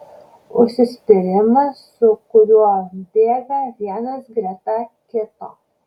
užsispyrimas su kuriuo bėga vienas greta kito